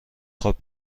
خواب